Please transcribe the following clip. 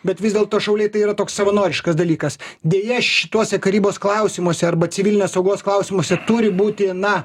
bet vis dėlto šauliai tai yra toks savanoriškas dalykas deja šituose karybos klausimuose arba civilinės saugos klausimuose turi būti na